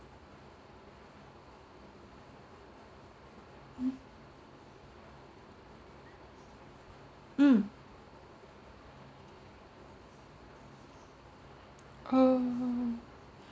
mm mm oh